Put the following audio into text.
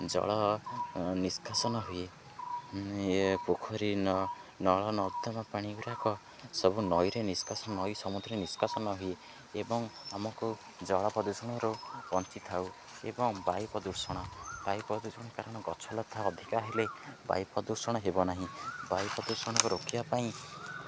ଜଳ ନିଷ୍କାସନ ହୁଏ ପୋଖରୀ ନଳ ନର୍ଦ୍ଦମା ପାଣି ଗୁଡ଼ାକ ସବୁ ନଈରେ ନିଷ୍କାସନ ନଈ ସମୁଦ୍ରରେ ନିଷ୍କାସନ ହୁଏ ଏବଂ ଆମକୁ ଜଳ ପ୍ରଦୂଷଣରୁ ବଞ୍ଚିଥାଉ ଏବଂ ବାୟୁ ପ୍ରଦୂଷଣ ବାୟୁ ପ୍ରଦୂଷଣ କାରଣ ଗଛ ଲତା ଅଧିକା ହେଲେ ବାୟୁ ପ୍ରଦୂଷଣ ହେବ ନାହିଁ ବାୟୁ ପ୍ରଦୂଷଣକୁ ରୋକିବା ପାଇଁ